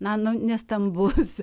na nu nestambus